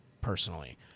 personally